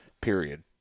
period